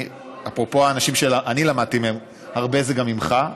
אפרופו האנשים שלמדתי מהם הרבה זה גם ממך.